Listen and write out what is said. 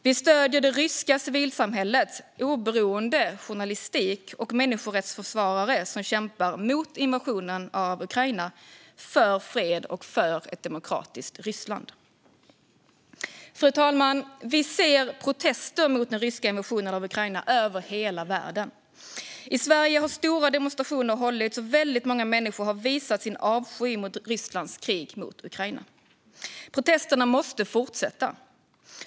Vi stöder det ryska civilsamhällets oberoende journalistik och människorättsförsvarare som kämpar mot invasionen av Ukraina för fred och för ett demokratiskt Ryssland. Fru talman! Vi ser protester mot den ryska invasionen av Ukraina över hela världen. I Sverige har stora demonstrationer hållits, och väldigt många människor har visat sin avsky mot Rysslands krig mot Ukraina. Protesterna måste fortsätta.